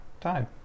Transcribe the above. time